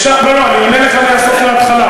לא לא, אני עונה לך מהסוף להתחלה.